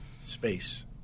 Space